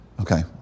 Okay